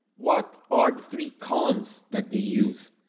what are three columns that they use?